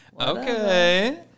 Okay